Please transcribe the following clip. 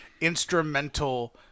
instrumental